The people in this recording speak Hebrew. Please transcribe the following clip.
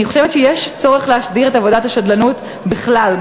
אני חושבת שיש צורך להסדיר את עבודת השדלנות בכלל,